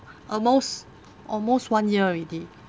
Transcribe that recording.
almost almost one year already